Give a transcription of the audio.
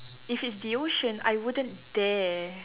if it's the ocean I wouldn't dare